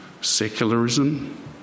Secularism